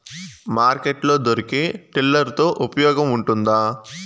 Market లో దొరికే tiller తో ఉపయోగం ఉంటుందా?